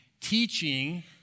teaching